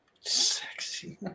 Sexy